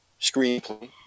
screenplay